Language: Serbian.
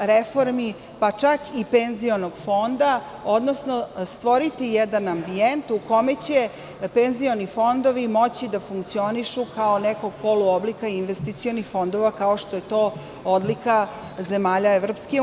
reformi, pa čak i penzionog fonda, odnosno stvoriti jedan ambijent u kome će penzioni fondovi moći da funkcionišu kao nekog poluoblika investicionih fondova, kao što je to odlika zemalja EU.